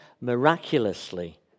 miraculously